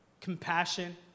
compassion